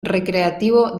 recreativo